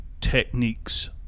techniques